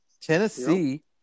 Tennessee